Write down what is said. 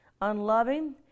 unloving